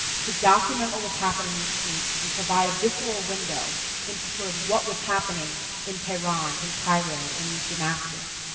to document what was happening on the streets, and provide a visceral window into sort of what was happening in tehran, in cairo, in damascus.